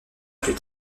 plus